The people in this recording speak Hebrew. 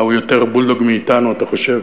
מה, הוא יותר בולדוג מאתנו, אתה חושב?